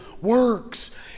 works